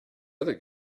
other